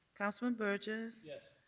councilman burgess. yes.